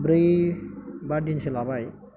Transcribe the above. ब्रै बा दिनसो लाबाय